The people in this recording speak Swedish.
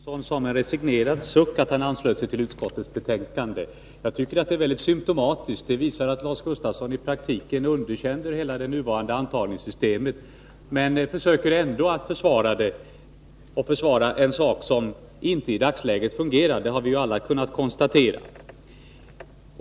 Herr talman! Lars Gustafsson sade med en resignerad suck att han anslöt sig till utskottets hemställan. Jag tycker att det är väldigt symtomatiskt; det visar att Lars Gustafsson i praktiken underkänner hela det nuvarande antagningssystemet men ändå försöker försvara det. Då försvarar han en sak som inte i dagsläget fungerar, det har alla kunnat konstatera.